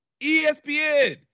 ESPN